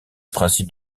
principe